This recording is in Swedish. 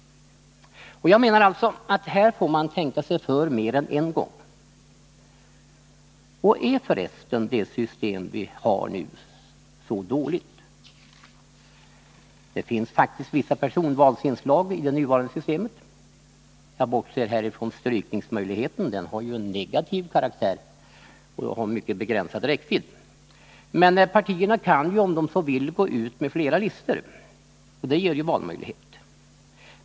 Jag menar alltså att här får man tänka sig för mer än en gång. Är för resten det system som vi har nu så dåligt? Det finns faktiskt vissa personvalsinslag i det nuvarande systemet. Jag bortser här ifrån strykningsmöjligheten som ju har negativ karaktär och som har mycket begränsad räckvidd. Men partierna kan, om de så vill, gå ut med flera listor, och det ger valmöjlighet.